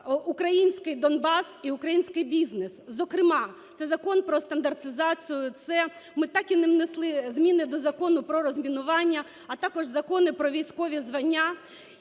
український Донбас і український бізнес. Зокрема, це Закон "Про стандартизацію", це ми так і не внесли зміни до Закону про розмінування, а також закони про військові звання.